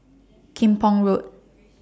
Kim Pong Road